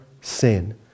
sin